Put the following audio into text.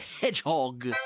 Hedgehog